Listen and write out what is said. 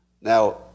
Now